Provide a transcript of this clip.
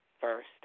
first